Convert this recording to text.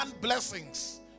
blessings